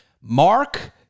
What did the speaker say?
Mark